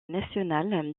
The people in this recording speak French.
national